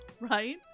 Right